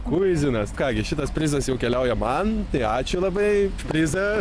kuizinas ką gi šitas prizas jau keliauja man tai ačiū labai už prizą